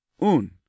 un